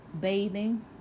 Bathing